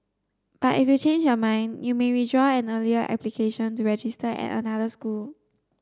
but if you change your mind you may withdraw an earlier application to register at another school